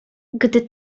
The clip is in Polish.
gdy